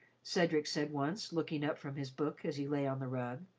cedric said once, looking up from his book as he lay on the rug,